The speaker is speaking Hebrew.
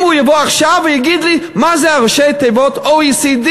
אם הוא יבוא עכשיו ויגיד לי מה זה ראשי התיבות OECD,